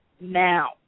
now